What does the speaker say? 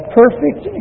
perfect